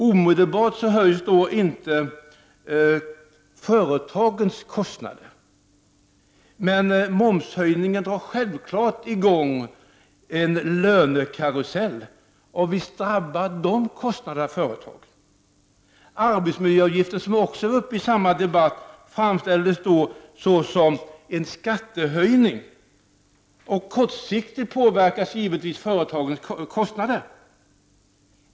Omedelbart höjs då inte företagens kostnader, men momshöjningen drar självklart i gång en lönekarusell, och visst drabbar de kostnaderna företagen. Arbetsmiljöavgiften, som var uppe i samma debatt, framställdes då såsom en skattehöjning, och kortsiktigt påverkas givetvis företagens kostnader.